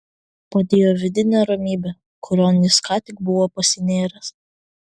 padėjo vidinė ramybė kurion jis ką tik buvo pasinėręs